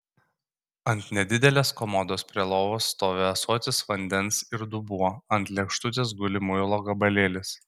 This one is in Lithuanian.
ant nedidelės komodos prie lovos stovi ąsotis vandens ir dubuo ant lėkštutės guli muilo gabalėlis